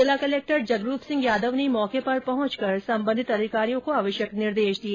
जिला कलेक्टर जगरूप सिंह यादव ने मौके पर पहंच कर संबंधित अधिकारियों को आवश्यक निर्देश दिए